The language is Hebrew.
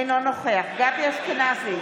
אינו נוכח גבי אשכנזי,